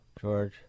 George